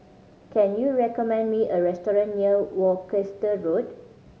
can you recommend me a restaurant near Worcester Road